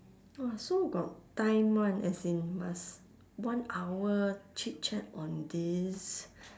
!wah! so got time [one] as in must one hour chit-chat on this